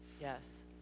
Yes